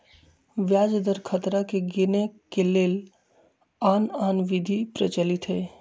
ब्याज दर खतरा के गिनेए के लेल आन आन विधि प्रचलित हइ